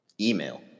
email